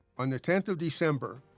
on the tenth of december,